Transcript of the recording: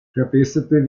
verbesserte